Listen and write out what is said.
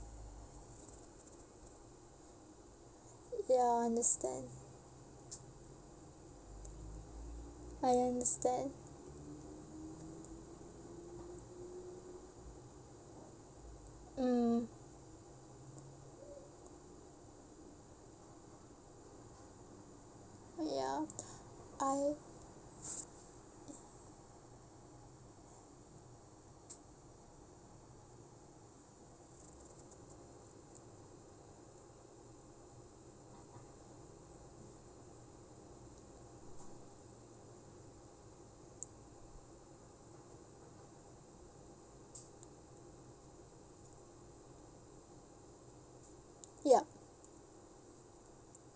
ya understand I understand mm ya I ya